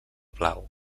blau